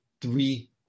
three